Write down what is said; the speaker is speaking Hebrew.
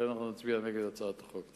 לכן אנחנו נצביע נגד הצעת החוק.